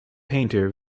painter